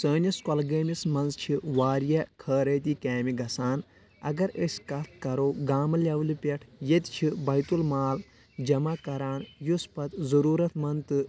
سٲنِس کۄلگٲمِس منٛز چھِ واریاہ خٲرٲتی کیامہِ گَژھان اگر أسۍ کَتھ کَرو گامہٕ لیٚولہِ پؠٹھ ییٚتہِ چھِ بیٚتُل مال جمع کران یُس پتہٕ ضوٚروٗرتھ منٛد تہٕ